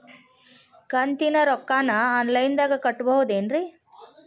ಕಂತಿನ ರೊಕ್ಕನ ಆನ್ಲೈನ್ ದಾಗ ಕಟ್ಟಬಹುದೇನ್ರಿ?